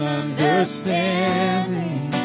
understanding